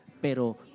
Pero